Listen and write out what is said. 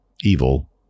evil